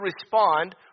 respond